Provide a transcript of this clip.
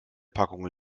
packung